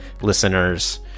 listeners